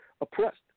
oppressed